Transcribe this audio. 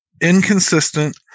inconsistent